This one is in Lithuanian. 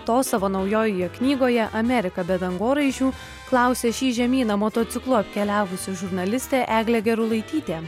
to savo naujojoje knygoje amerika be dangoraižių klausia šį žemyną motociklu apkeliavusi žurnalistė eglė gerulaitytė